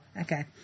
okay